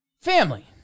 Family